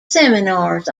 seminars